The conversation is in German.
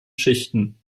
schichten